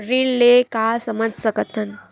ऋण ले का समझ सकत हन?